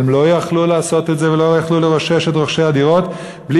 אבל הם לא יכלו לעשות את זה ולא יכלו לרושש את רוכשי הדירות בלי